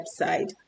website